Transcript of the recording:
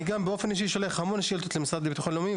גם אני באופן אישי שולח המון שאילתות למשרד לבטחון לאומי,